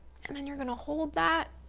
and then you're gonna hold that